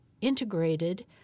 integrated